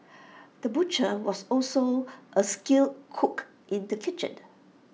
the butcher was also A skilled cook in the kitchen